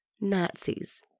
Nazis